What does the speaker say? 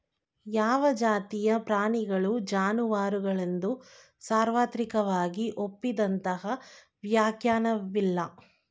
ಯಾವ ಜಾತಿಯ ಪ್ರಾಣಿಗಳು ಜಾನುವಾರುಗಳೆಂದು ಸಾರ್ವತ್ರಿಕವಾಗಿ ಒಪ್ಪಿದಂತಹ ವ್ಯಾಖ್ಯಾನವಿಲ್ಲ